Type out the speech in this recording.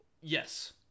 Yes